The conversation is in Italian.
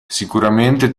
sicuramente